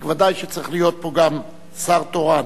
ודאי שצריך להיות פה גם שר תורן.